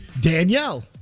Danielle